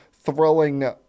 thrilling